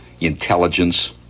intelligence